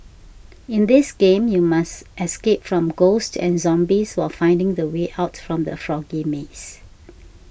in this game you must escape from ghosts and zombies while finding the way out from the foggy maze